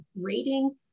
rating